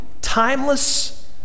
timeless